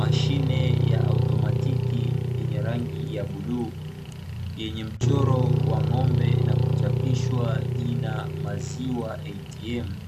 Mashine ya automatiki yenye rangi ya bluu, yenye mchoro wa ng'ombe na kuchapishwa jina "Maziwa ATM"